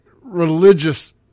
religious